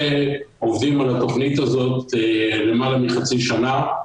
עובדים על התוכנית הזאת למעלה מחצי שנה.